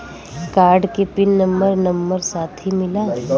Card के pin number number साथही मिला?